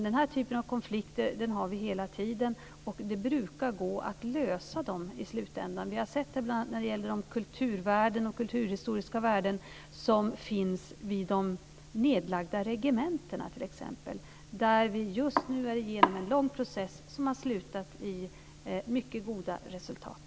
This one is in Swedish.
Den här typen av konflikter har vi hela tiden, och det brukar gå att lösa dem i slutändan. Vi har sett det bl.a. när det gäller de kulturvärden och kulturhistoriska värden som finns vid de nedlagda regementena, där vi just nu har gått igenom en lång process som har slutat i mycket goda resultat.